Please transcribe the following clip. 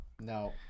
No